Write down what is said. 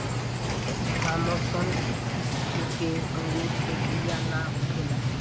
Thompson किसिम के अंगूर मे बिया ना होखेला